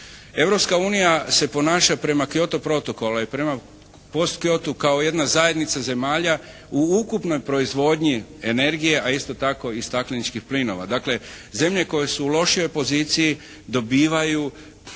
Europska unija se ponaša prema Kyoto protokolu i prema post Kyotu kao jedna zajednica zemalja u ukupnoj proizvodnji energije a isto tako i stakleničkih plinova. Dakle zemlje koje su u lošijoj poziciji dobivaju